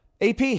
AP